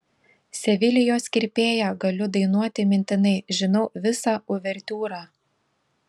sevilijos kirpėją galiu dainuoti mintinai žinau visą uvertiūrą